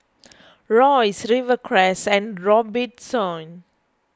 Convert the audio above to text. Royce Rivercrest and Robitussin